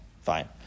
Fine